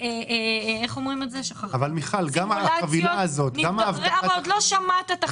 אתה עוד לא שמעת את החבילה.